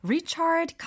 Richard